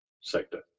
sector